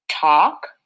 talk